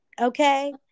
Okay